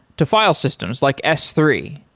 to file systems, like s three.